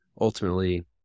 ultimately